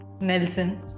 Nelson